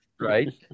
Right